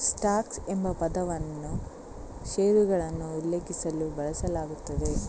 stocks ಎಂಬ ಪದವನ್ನು ಷೇರುಗಳನ್ನು ಉಲ್ಲೇಖಿಸಲು ಬಳಸಲಾಗುತ್ತದೆ